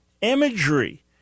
imagery